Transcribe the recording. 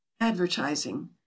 Advertising